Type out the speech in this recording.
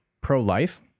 pro-life